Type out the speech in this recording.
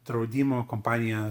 draudimo kompanija